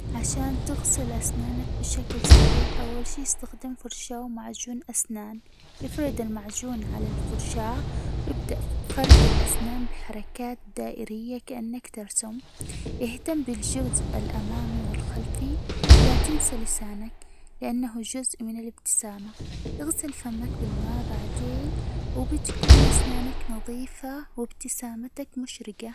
عشان تغسل أسنانك بشكل صحيح، أول شي إستخدم فرشاة ومعجون أسنان، إفرد المعجون على الفرشاة وابدأ فرك الأسنان بحركات دائرية كأنك ترسم، اهتم بالجزء الأمامي والخلفي، ولا تنسى لسانك لأنه جزء من الإبتسامة، اغسل فمك بالماء بعدين، وبتكون أسنانك نظيفة، وابتسامتك مشرجة.